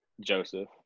Joseph